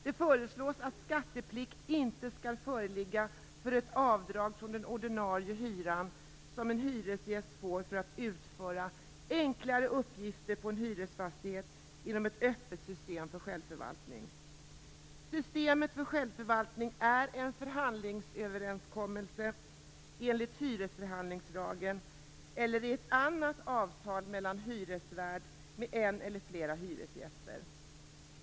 Det föreslås att skatteplikt inte skall föreligga för ett avdrag från den ordinarie hyran som en hyresgäst får för att utföra enkla uppgifter på en hyresfastighet inom ett öppet system för självförvaltning. Systemet för självförvaltning är en förhandlingsöverenskommelse enligt hyresförhandlingslagen eller i ett annat avtal mellan hyresvärden och en eller flera hyresgäster.